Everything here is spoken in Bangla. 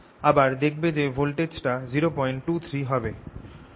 আবার দেখবে যে ভোল্টেজ টা 023 হবে